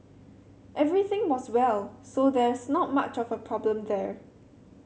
everything was well so there's not much of a problem there